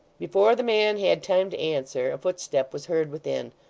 before the man had time to answer, a footstep was heard within,